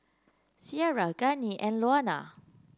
Ciara Gianni and Louanna